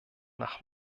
nach